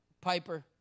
Piper